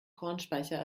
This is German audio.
kornspeicher